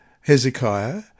Hezekiah